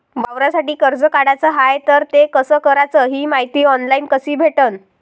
वावरासाठी कर्ज काढाचं हाय तर ते कस कराच ही मायती ऑनलाईन कसी भेटन?